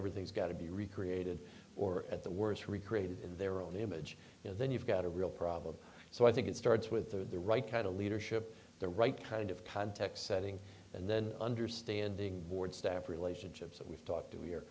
everything's got to be recreated or at the worse recreated in their own image then you've got a real problem so i think it starts with the the right kind of leadership the right kind of context setting and then understanding board staff relationships and we've talked